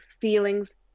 feelings